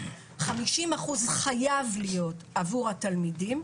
50% חייב להיות עבור התלמידים.